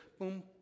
boom